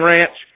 Ranch